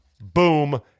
boom